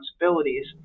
responsibilities